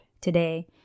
today